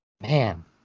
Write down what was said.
Man